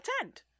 attend